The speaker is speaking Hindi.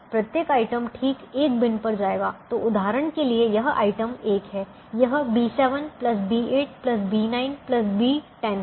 प्रत्येक आइटम ठीक 1 बिन पर जाएगा तो उदाहरण के लिए यह आइटम 1 है यह B7 B8 B9 B10 है